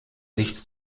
nichts